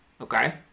okay